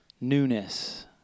newness